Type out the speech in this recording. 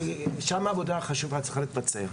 כי שם העבודה החשובה צריכה להתבצע.